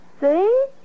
See